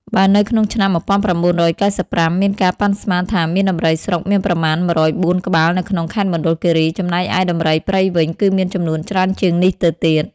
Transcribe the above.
បើនៅក្នុងឆ្នាំ១៩៩៥ មានការប៉ាន់ស្មានថាមានដំរីស្រុកមានប្រមាណ ១០៤ ក្បាលនៅក្នុងខេត្តមណ្ឌលគិរី ចំណែកឯដំរីព្រៃវិញគឺមានចំនួនច្រើនជាងនេះទៅទៀត។